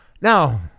Now